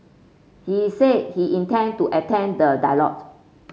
he said he intend to attend the dialogue